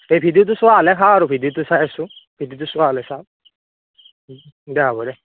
এই ভিডিঅ'টো চোৱা হ'লে খাওঁ আৰু ভিডিঅ'টো চাই আছোঁ ভিডিঅ'টো চোৱা হ'লে চাওঁ দে হ'ব দে